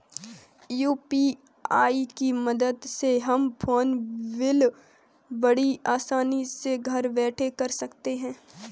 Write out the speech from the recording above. UPI की मदद से हम फ़ोन बिल बड़ी आसानी से घर बैठे भर सकते हैं